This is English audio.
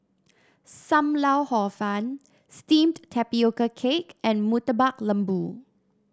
Sam Lau Hor Fun steamed Tapioca Cake and Murtabak Lembu